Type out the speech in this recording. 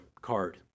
card